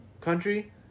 country –